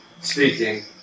speaking